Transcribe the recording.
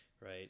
right